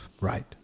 right